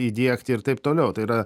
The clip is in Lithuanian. įdiegti ir taip toliau tai yra